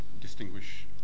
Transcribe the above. distinguish